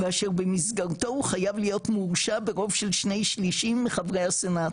ואשר במסגרתו הוא חייב להיות מאושר ברוב של שני שלישים מחברי הסנאט.